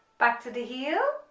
back to the heel,